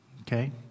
okay